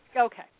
Okay